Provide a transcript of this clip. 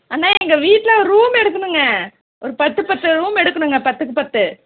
அண்ணா எங்கள் வீட்டில் ஒரு ரூம் எடுக்கணுங்க ஒரு பத்து பத்து ரூம் எடுக்கணுங்க ஒரு பத்துக்கு பத்து